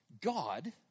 God